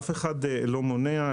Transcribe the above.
אף אחד לא מונע,